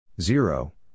zero